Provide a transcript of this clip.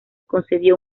concedió